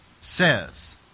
says